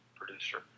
producer